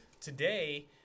today